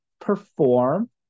perform